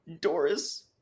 Doris